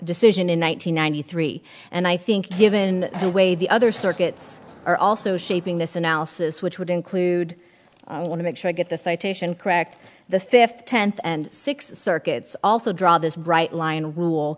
decision in one thousand nine hundred three and i think given the way the other circuits are also shaping this analysis which would include i want to make sure i get the citation crack the fifth tenth and six circuits also draw this bright